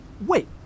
Wait